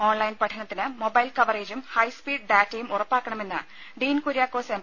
online പഠനത്തിന് mobile കവറേജും high speed ഡാറ്റയും ഉറപ്പാക്കണമെന്ന് ഡീൻ കുര്യാക്കോസ് എം